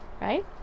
right